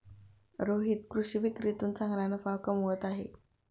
रोहित कृषी विक्रीतून चांगला नफा कमवत आहे